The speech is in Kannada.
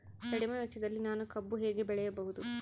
ಕಡಿಮೆ ವೆಚ್ಚದಲ್ಲಿ ನಾನು ಕಬ್ಬು ಹೇಗೆ ಬೆಳೆಯಬಹುದು?